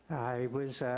i was